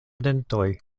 dentoj